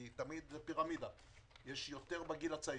כי תמיד זה פירמידה - יש יותר בגיל הצעיר.